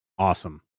Awesome